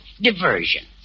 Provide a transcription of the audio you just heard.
Diversion